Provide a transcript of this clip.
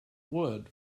wood